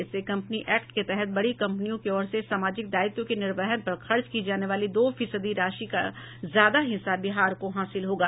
इससे company act के तहत बड़ी कम्पनियों की ओर से सामाजिक दायित्व के निर्वहन पर खर्च की जाने वाली दो फीसदी राशि का ज्यादा हिस्सा बिहार को हासिल होगा